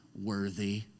worthy